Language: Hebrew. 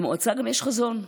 למועצה יש גם חזון,